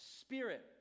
spirit